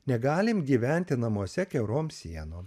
negalim gyventi namuose kiaurom sienom